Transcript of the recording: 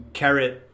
carrot